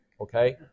Okay